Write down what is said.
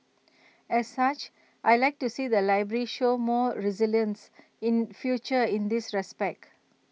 as such I Like to see the library show more resilience in future in this respect